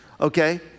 Okay